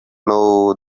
now